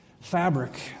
fabric